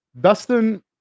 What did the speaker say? Dustin